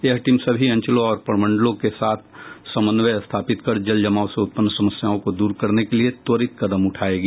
यह टीम सभी अंचलों और प्रमंडलों के साथ समन्वय स्थापित कर जल जमाव से उत्पन्न समस्याओं को दूर करने के लिये त्वरित कदम उठायेगी